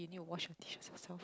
you need to wash your dishes yourself